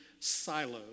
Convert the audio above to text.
siloed